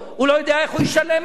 והוא לא יודע איך הוא ישלם את זה.